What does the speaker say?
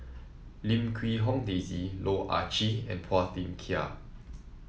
Lim Quee Hong Daisy Loh Ah Chee and Phua Thin Kiay